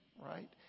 right